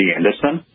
Anderson